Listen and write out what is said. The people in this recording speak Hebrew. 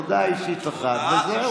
הודעה אישית אחת וזהו.